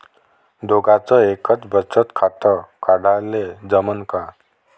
दोघाच एकच बचत खातं काढाले जमनं का?